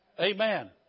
Amen